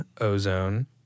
Ozone